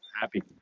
happy